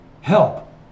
Help